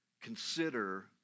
consider